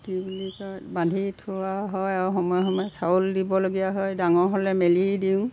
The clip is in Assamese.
কি বুলি কয় বান্ধি থোৱাও হয় আৰু সময়ে সময়ে চাউল দিবলগীয়া হয় ডাঙৰ হ'লে মেলিয়ে দিওঁ